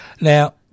Now